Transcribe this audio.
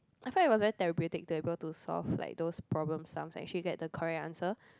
I felt it was very therapeutic to be able to solve like those problem sums and actually get the correct answer